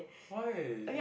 why